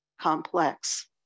complex